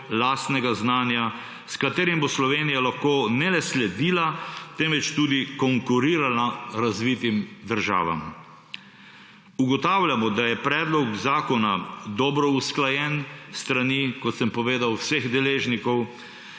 lastnega znanja, s katerim bo Slovenija lahko ne le sledila, temveč tudi konkurirala razvitim državam. Ugotavljamo, da je predlog zakona dobro usklajen s strani, kot sem povedal, vseh deležnikov